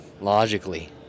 logically